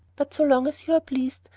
but so long as you are pleased,